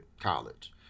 college